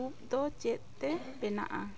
ᱩᱵ ᱫᱚ ᱪᱮᱫ ᱛᱮ ᱵᱮᱱᱟᱜᱼᱟ